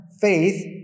faith